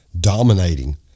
dominating